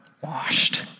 washed